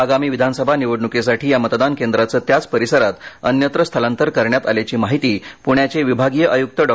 आगामी विधानसभा निवडण्कीसाठी या मतदान केंद्राचं त्याच परिसरात अन्यत्र स्थलांतर करण्यात आल्याची माहिती पुण्याचे विभागीय आयुक्त डॉ